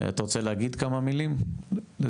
אתה רוצה להגיד כמה מילים לזכרה?